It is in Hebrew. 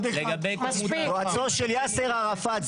יועצו של יאסר ערפאת.